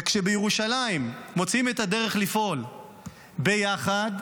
וכשבירושלים מוצאים את הדרך לפעול ביחד,